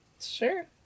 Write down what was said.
Sure